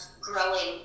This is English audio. growing